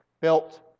built